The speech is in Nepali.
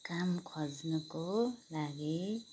काम खोज्नुको लागि